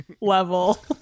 level